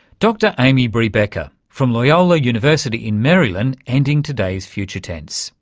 dr amy bree becker from loyola university in maryland, ending today's future tense.